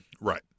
Right